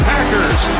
Packers